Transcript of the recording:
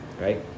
Right